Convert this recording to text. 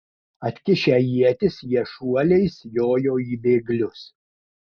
atkišę ietis jie šuoliais jojo į bėglius